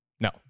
No